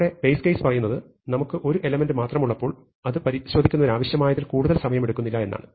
നമ്മുടെ base case പറയുന്നത് നമുക്ക് ഒരു എലമെന്റ് മാത്രമുള്ളപ്പോൾ അത് പരിശോധിക്കാനാവശ്യമായതിൽ കൂടുതൽ സമയം എടുക്കുന്നില്ല എന്നാണ്